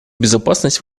безопасность